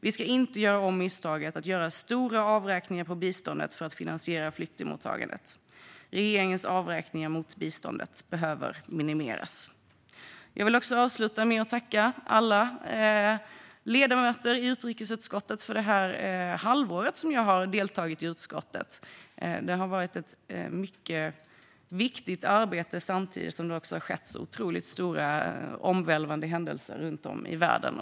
Vi ska inte göra om misstaget att göra stora avräkningar på biståndet för att finansiera flyktingmottagandet. Regeringens avräkningar mot biståndet behöver minimeras. Låt mig avsluta med att tacka alla ledamöter i utrikesutskottet för det halvår jag har suttit i utskottet. Vi har gjort ett viktigt arbete under en tid med omvälvande händelser runt om i världen.